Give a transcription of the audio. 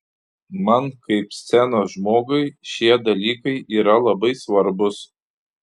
man kaip scenos žmogui šie dalykai yra labai svarbūs